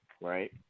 Right